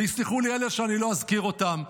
ויסלחו לי אלה שאני לא אזכיר אותם,